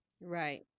Right